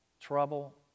trouble